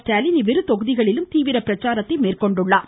ஸ்டாலின் இவ்விரு தொகுதிகளிலும் தீவிர பிரச்சாரத்தை மேற்கொண்டுள்ளார்